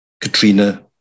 Katrina